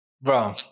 Bro